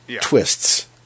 twists